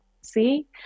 see